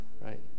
right